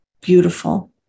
beautiful